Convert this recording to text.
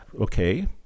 Okay